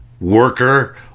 worker